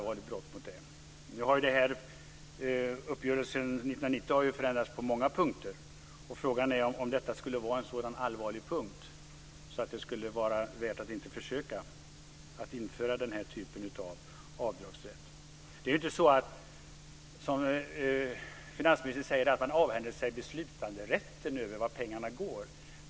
Uppgörelsen från 1990 har förändrats på många punkter. Frågan är om detta skulle vara en sådan allvarlig punkt att det skulle värt att inte försöka att införa den typen av avdragsrätt. Det är inte som finansministern säger, nämligen att man avhänder sig beslutanderätten över vart pengarna går.